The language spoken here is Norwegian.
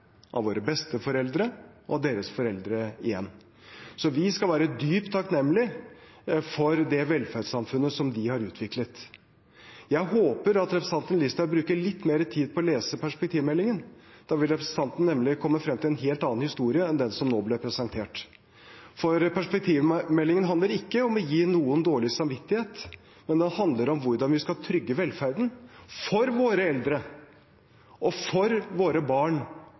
av våre besteforeldre og av deres foreldre igjen. Vi skal være dypt takknemlig for det velferdssamfunnet de har utviklet. Jeg håper representanten Listhaug bruker litt mer tid på å lese perspektivmeldingen. Da vil representanten nemlig komme frem til en helt annen historie enn den som nå ble presentert. Perspektivmeldingen handler ikke om å gi noen dårlig samvittighet, men den handler om hvordan vi skal trygge velferden – for våre eldre, for våre barn og for våre